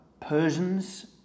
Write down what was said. persians